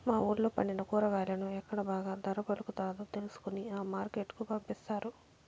మా వూళ్ళో పండిన కూరగాయలను ఎక్కడ బాగా ధర పలుకుతాదో తెలుసుకొని ఆ మార్కెట్ కు పంపిస్తారు